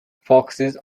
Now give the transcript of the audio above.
foxes